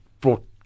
brought